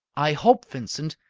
i hope, vincent,